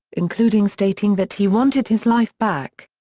including stating that he wanted his life back.